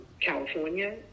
California